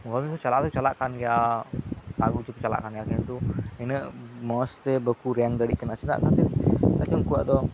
government ᱪᱟᱞᱟᱣ ᱫᱚ ᱪᱟᱞᱟᱜ ᱠᱟᱱ ᱜᱮᱭᱟ ᱡᱟᱦᱟᱸ ᱞᱮᱠᱮ ᱪᱟᱞᱟᱜ ᱠᱟᱱ ᱜᱮᱭᱟ ᱠᱤᱱᱛᱩ ᱩᱱᱟᱹᱜ ᱢᱚᱡᱽ ᱛᱮ ᱵᱟᱠᱚ ᱨᱮᱝᱠ ᱫᱟᱲᱮᱭᱟᱜ ᱠᱟᱱᱟ ᱪᱮᱫᱟᱜ ᱚᱱᱟᱛᱮ ᱩᱱᱠᱩᱣᱟᱜ ᱫᱚ